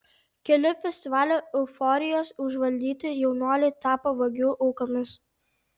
keli festivalio euforijos užvaldyti jaunuoliai tapo vagių aukomis